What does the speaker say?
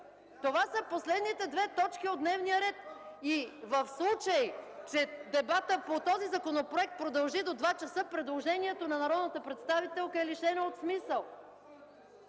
Това са последните две точки от дневния ред и в случай, че дебатът по този законопроект продължи до 14,00 ч., предложението на народната представителка е лишено от смисъл.